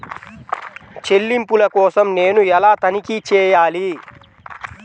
చెల్లింపుల కోసం నేను ఎలా తనిఖీ చేయాలి?